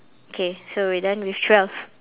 okay so we're done with twelve